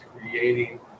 creating